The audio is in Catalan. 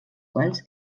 quals